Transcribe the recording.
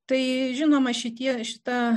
tai žinoma šitie šita